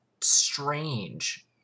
strange